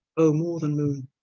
o more then moone,